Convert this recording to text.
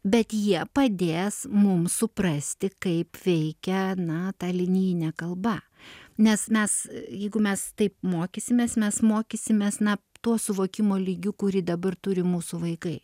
bet jie padės mums suprasti kaip veikia na ta linijinė kalba nes mes jeigu mes taip mokysimės mes mokysimės na to suvokimo lygiu kurį dabar turi mūsų vaikai